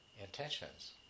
intentions